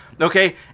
okay